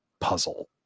puzzle